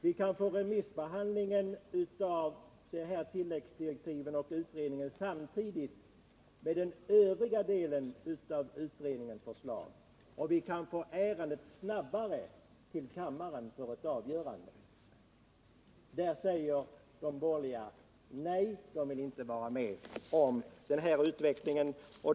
Man kan få en samtidig remissbehandling av resultaten av utredningens arbete med anledning av tilläggsdirektiven och av den övriga delen av utredningens förslag, och vi kan härigenom snabbare få upp ärendet till avgörande i kammaren. De borgerliga säger nej till en sådan behandlingsordning.